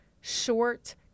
short